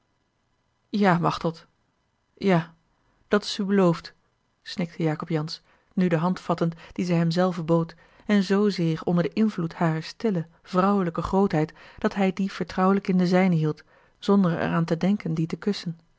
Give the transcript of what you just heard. ja machteld ja dat's u beloofd snikte jacob jansz nu de hand vattend die zij hem zelve bood en zoozeer onder den invloed harer stille vrouwelijke grootheid dat hij die vertrouwelijk in de zijne hield zonder er aan te denken die te kussen